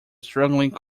struggling